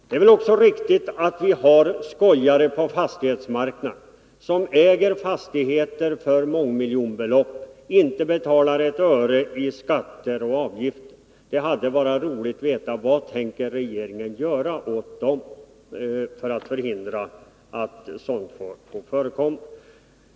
Det är väl också riktigt att vi har skojare på fastighetsmarknaden, som äger fastigheter för mångmiljonbelopp men inte betalar ett öre i skatter och avgifter. Det hade varit roligt att veta vad regeringen tänker göra för att förhindra att sådant får förekomma.